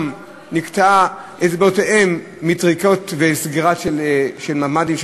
גם נקטעו אצבעותיהם מטריקות ומסגירה של ממ"דים,